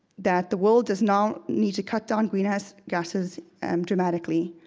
that the world does now need to cut down greenhouse gases, and dramatically.